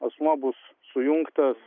asmuo bus sujungtas